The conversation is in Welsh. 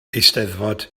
eisteddfod